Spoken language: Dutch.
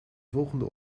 volgende